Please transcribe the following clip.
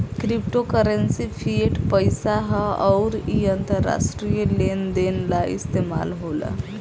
crypto currency fiat पईसा ह अउर इ अंतरराष्ट्रीय लेन देन ला इस्तमाल होला